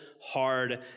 hard